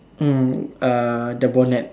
mm uh the bonnet